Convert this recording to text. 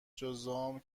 جذام